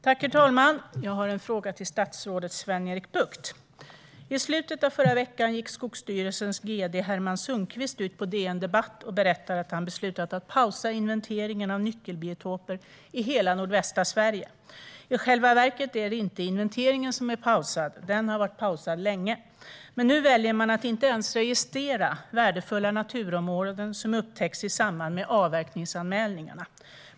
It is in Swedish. Herr talman! Jag har en fråga till statsrådet Sven-Erik Bucht. I slutet av förra veckan gick Skogsstyrelsens gd Herman Sundqvist ut på DN Debatt och berättade att han beslutat att pausa inventeringen av nyckelbiotoper i hela nordvästra Sverige. I själva verket är det inte inventeringen som är pausad - den har varit pausad länge - men nu väljer man att inte ens registrera värdefulla naturområden som upptäcks i samband med avverkningsanmälningar.